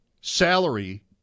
salary